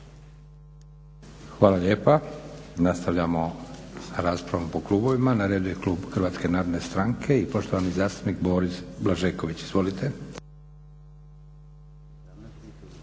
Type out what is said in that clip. Hvala lijepa. Nastavljamo raspravu po klubovima. Na redu je klub HNS i poštovani zastupnik Boris Blažeković. Izvolite.